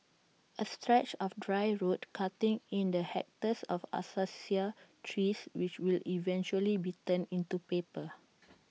A stretch of dry road cutting in the hectares of Acacia trees which will eventually be turned into paper